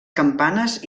campanes